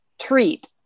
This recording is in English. treat